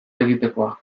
egitekoa